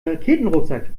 raketenrucksack